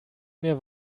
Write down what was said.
mehr